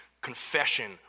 confession